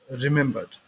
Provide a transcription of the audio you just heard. remembered